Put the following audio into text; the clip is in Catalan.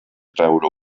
treure